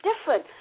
different